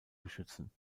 beschützen